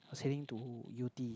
was heading to Yew-Tee